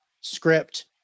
script